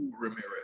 Ramirez